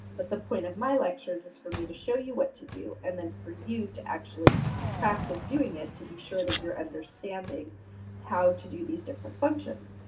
but, the point of my lecture is just for me to show you what to do and then for you to actually practice doing it to be sure that you're understanding how to do these different functions.